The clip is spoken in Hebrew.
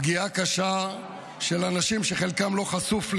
פגיעה קשה של אנשים שחלקם לא חשופים